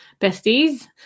besties